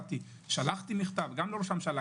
שלחתי מכתב לראש הממשלה,